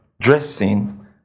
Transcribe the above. dressing